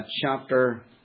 chapter